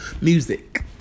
music